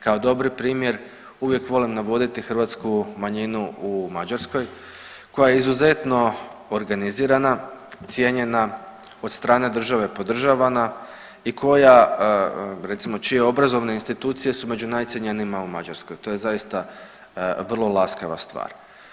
Kao dobri primjer uvijek volim navoditi hrvatsku manjinu u Mađarskoj koja je izuzetno organizirana, cijenjena od strane države podržavana i koja recimo čije obrazovne institucije su među najcjenjenijima u Mađarskoj, to je zaista vrlo laskava stvar.